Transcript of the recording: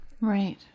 Right